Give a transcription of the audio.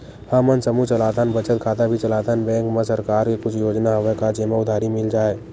हमन समूह चलाथन बचत खाता भी चलाथन बैंक मा सरकार के कुछ योजना हवय का जेमा उधारी मिल जाय?